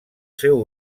seu